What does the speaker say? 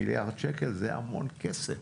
מיליארד שקל זה המון כסף.